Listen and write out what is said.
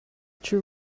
true